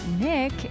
Nick